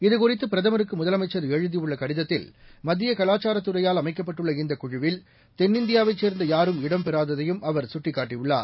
இதுகுறித்து பிரதமருக்குமுதலமைச்சர்எழுதியுள்ளகடிதத்தில் மத்தியகலாச்சாரத்துறையால்அமைக்கப்பட்டுள்ளஇந்தக்குழு வில் தென்னிந்தியாவைச்சேர்ந்தயாரும்இடம்பெறாததையும்அவர் சுட்டிக்காட்டியுள்ளார்